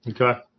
Okay